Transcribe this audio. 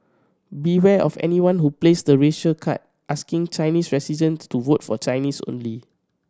beware of anyone who plays the racial card asking Chinese residents to vote for Chinese only